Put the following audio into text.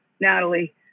Natalie